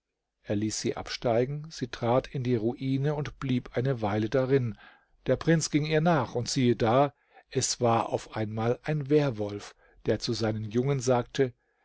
er ließ sie absteigen sie trat in die ruine und blieb eine weile darin der prinz ging ihr nach und siehe da es war auf einmal ein werwolf die